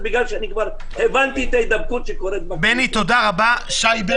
הרי כששואלים אתכם, אתם